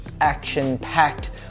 action-packed